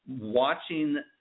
watching